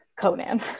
Conan